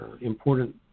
important